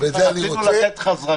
רצינו לתת לך זרקור.